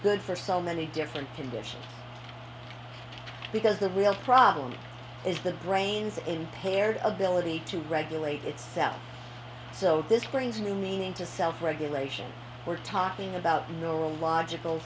good for so many different conditions because the real problem is the brain's impaired ability to regulate itself so this brings new meaning to self regulation we're talking about neurological